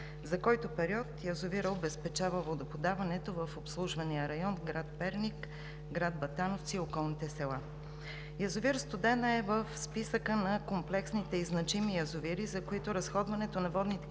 за който период язовирът обезпечава водоподаването в обслужвания район в град Перник, град Батановци и околните села. Язовир „Студена“ е в списъка на комплексните и значими язовири, за които разходването на водните